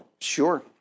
Sure